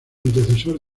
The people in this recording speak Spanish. antecesor